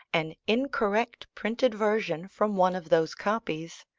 an incorrect printed version from one of those copies,